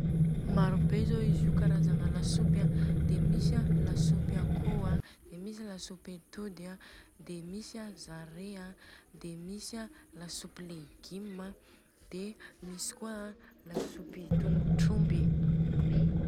Maro be zô izy Io karazagna lasopy an de misy a lasopy akoho an de misy lasopy atody a, de misy an zare an, de misy an lasopy légume a de misy kôa a tongotromby.